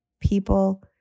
people